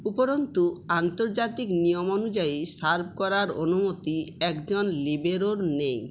উপরন্তু আন্তর্জাতিক নিয়ম অনুযায়ী সার্ভ করার অনুমতি একজন লিবেরোর নেই